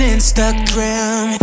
Instagram